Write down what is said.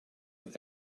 and